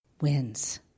wins